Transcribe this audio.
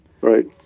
Right